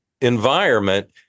environment